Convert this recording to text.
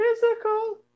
Physical